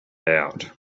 out